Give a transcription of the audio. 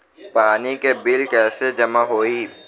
पानी के बिल कैसे जमा होयी?